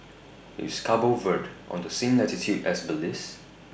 IS Cabo Verde on The same latitude as Belize